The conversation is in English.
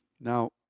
Now